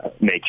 make